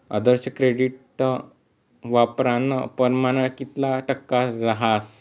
आदर्श credit वापरानं परमाण कितला टक्का रहास